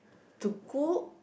to cook